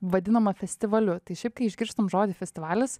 vadinama festivaliu tai šiaip kai išgirstam žodį festivalis